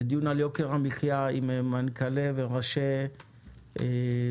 בדיון על יוקר המחיה עם מנכ"לי וראשי רשתות